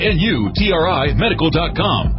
N-U-T-R-I-Medical.com